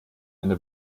eine